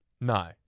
No